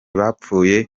bapfuye